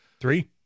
Three